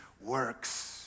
works